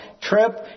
trip